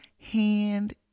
hand